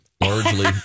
largely